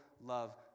love